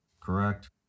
correct